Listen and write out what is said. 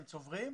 צוברים,